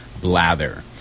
blather